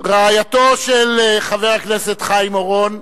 רעייתו של חבר הכנסת חיים אורון,